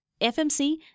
FMC